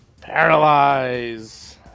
Paralyze